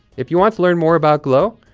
if you want to learn more about glo,